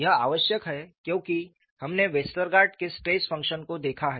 यह आवश्यक है क्योंकि हमने वेस्टरगार्ड के स्ट्रेस फंक्शन को देखा है